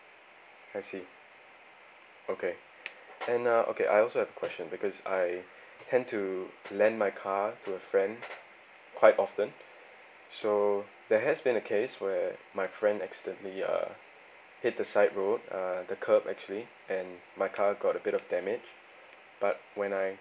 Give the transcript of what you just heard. I see okay and uh okay I also have a question because I tend to lend my car to a friend quite often so there has been a case where my friend accidentally uh hit the side road uh the curb actually and my car got a bit of damage but when I